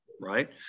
Right